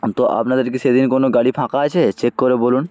তো আপনাদের কি সেদিন কোনও গাড়ি ফাঁকা আছে চেক করে বলুন